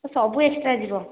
ସବୁ ଏକ୍ସଟ୍ରା ଯିବ